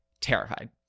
terrified